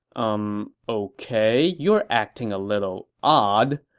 umm, ok. you're acting a little odd.